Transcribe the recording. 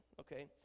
Okay